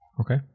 Okay